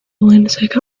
lunatic